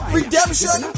redemption